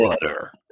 Butter